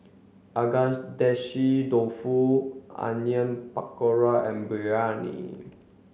Agedashi Dofu Onion Pakora and Biryani